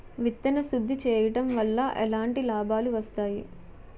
విత్తన శుద్ధి చేయడం వల్ల ఎలాంటి లాభాలు వస్తాయి?